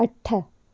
अठ